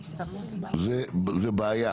זאת בעיה,